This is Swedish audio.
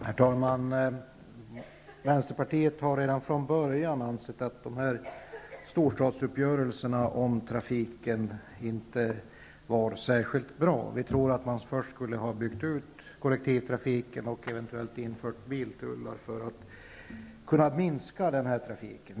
Herr talman! Vi i Vänsterpartiet ansåg redan från början att storstadsuppgörelserna om trafiken inte var särskilt bra. Vi tror att man först skulle ha byggt ut kollektivtrafiken och eventuellt ha infört biltullar för att möjliggöra en minskning av trafiken.